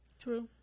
true